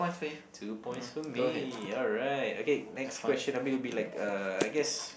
two points for me alright okay next question I will be like uh I guess